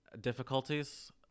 difficulties